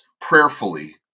prayerfully